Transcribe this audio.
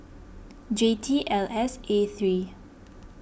J T L S A three